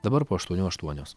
dabar po aštuonių aštuonios